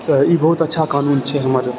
तऽ ई बहुत अच्छा कानून छै हमर